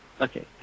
Okay